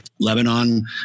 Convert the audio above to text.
Lebanon